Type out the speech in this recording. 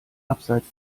abseits